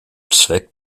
zweck